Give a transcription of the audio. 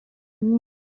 nyinshi